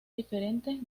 diferentes